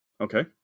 Okay